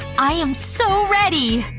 i'm so ready!